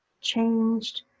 changed